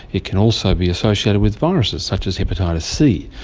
it can also be associated with viruses such as hepatitis c.